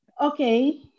okay